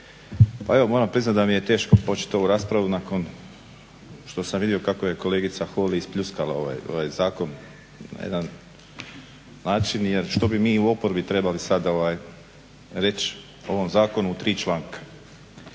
Pa evo moram priznati da mi je teško početi ovu raspravu nakon što sam vidio kako je kolegica Holy ispljuskala ovaj zakon na jedan način jer što bi mi u oporbi trebali sad ovaj reći o ovom zakonu u tri članka.